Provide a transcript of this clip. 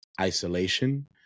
isolation